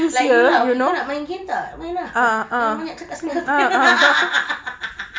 like you lah kita nak main game tak nak main ah jangan banyak cakap